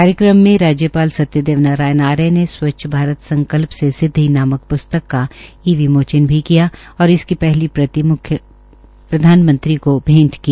कार्यक्रम में राज्यपाल सत्यदेव नारायाण आर्य ने स्वच्छ भारत संकल्प से सिदवि नामक प्स्तक का ई विमोचन भी किया और इसकी पहली प्रति प्रधानमंत्री को भैंट की